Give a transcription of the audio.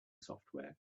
software